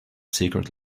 secret